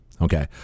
okay